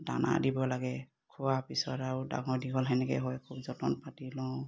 দানা দিব লাগে খোৱা পিছত আৰু ডাঙৰ দীঘল সেনেকে হয় খুব যতন পাতি লওঁ